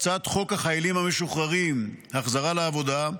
הצעת חוק החיילים המשוחררים (החזרה לעבודה)